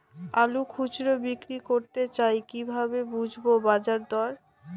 আলু খুচরো বিক্রি করতে চাই কিভাবে বুঝবো বাজার দর?